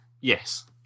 Yes